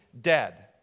dead